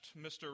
Mr